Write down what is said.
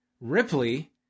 Ripley